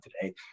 today